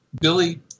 Billy